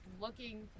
looking